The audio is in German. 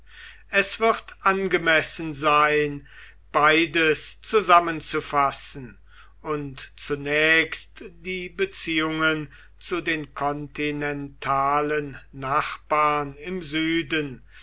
es wird angemessen sein beides zusammenzufassen und zunächst die beziehungen zu den kontinentalen nachbarn im süden